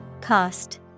Cost